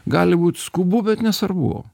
gali būt skubu bet nesvarbu